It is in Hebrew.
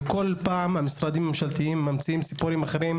וכל פעם המשרדים הממשלתיים ממציאים סיפורים אחרים